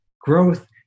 growth